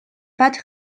but